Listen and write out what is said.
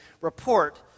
report